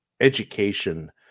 education